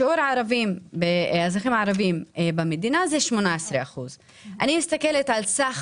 שיעור האזרחים הערבים במדינה הוא 18%. אני מסתכלת על סך